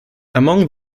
among